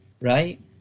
right